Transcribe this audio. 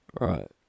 Right